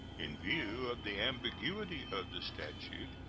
in view of the ambiguity of the statute,